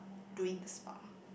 doing the spa